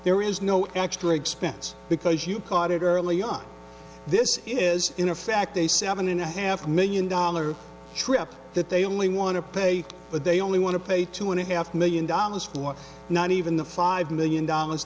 there is no extra expense because you caught it early on this is in effect a seven and a half million dollar trip that they only want to pay but they only want to pay two and a half million dollars for not even the five million dollars